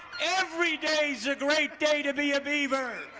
every day's a great day to be a beaver!